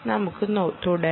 നമുക്ക് തുടങ്ങാം